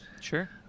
Sure